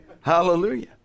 Hallelujah